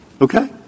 Okay